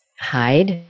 hide